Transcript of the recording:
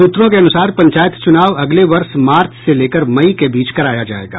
सूत्रों के अनुसार पंचायत चुनाव अगले वर्ष मार्च से लेकर मई के बीच कराया जायेगा